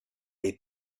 les